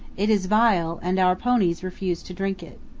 it is vile and our ponies refuse to drink it.